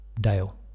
Dale